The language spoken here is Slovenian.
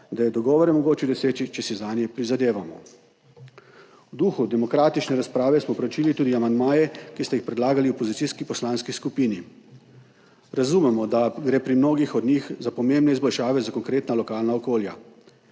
da je dogovor mogoče doseči, če si zanj prizadevamo. V duhu demokratične razprave smo proučili tudi amandmaje, ki ste jih predlagali v opozicijski poslanski skupini. Razumemo, da gre pri mnogih od njih za pomembne izboljšave za konkretna lokalna okolja.